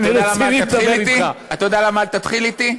אני רציני, מדבר אתך, אתה יודע למה אל תתחיל אתי?